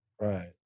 Right